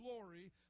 glory